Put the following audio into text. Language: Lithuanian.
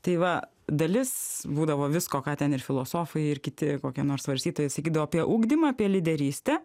tai va dalis būdavo visko ką ten ir filosofai ir kiti kokie nors svarstytojai išsakydavo apie ugdymą apie lyderystę